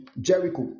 Jericho